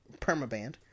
Permaband